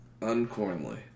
uncornly